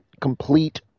complete